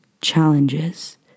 challenges